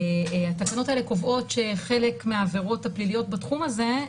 התקנות האלה קובעות שחלק מהעבירות הפליליות בתחום הזה,